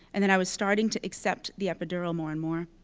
and then i was starting to accept the epidural more and more.